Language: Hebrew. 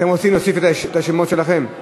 אתם רוצים להוסיף את השמות שלכם?